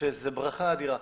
וזו ברכה אדירה.